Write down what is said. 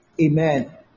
Amen